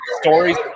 stories